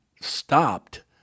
stopped